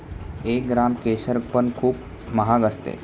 एक ग्राम केशर पण खूप महाग असते